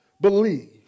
Believe